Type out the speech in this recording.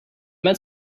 met